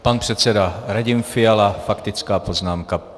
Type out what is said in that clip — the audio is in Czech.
Pan předseda Radim Fiala faktická poznámka.